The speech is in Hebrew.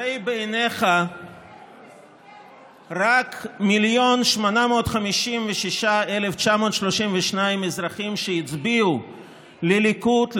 הרי בעיניך רק מיליון ו-856,932 אזרחים שהצביעו לליכוד,